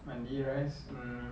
mandi rice mm